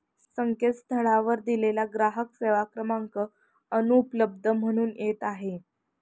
संकेतस्थळावर दिलेला ग्राहक सेवा क्रमांक अनुपलब्ध म्हणून येत आहे